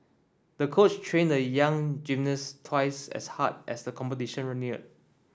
the coach trained the young gymnast twice as hard as the competition neared